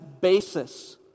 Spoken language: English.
basis